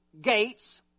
gates